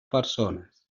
persones